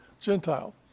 Gentile